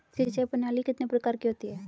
सिंचाई प्रणाली कितने प्रकार की होती हैं?